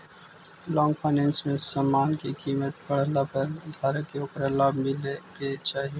long finance में समान के कीमत बढ़ला पर धारक के ओकरा लाभ मिले के चाही